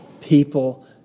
people